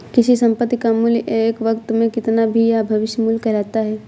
किसी संपत्ति का मूल्य एक वक़्त में कितना था यह भविष्य मूल्य कहलाता है